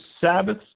Sabbath